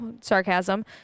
sarcasm